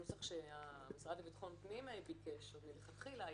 הנוסח שהמשרד לביטחון הפנים ביקש עוד מלכתחילה,